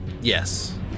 Yes